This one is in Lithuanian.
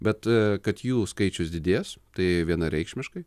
bet kad jų skaičius didės tai vienareikšmiškai